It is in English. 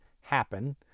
happen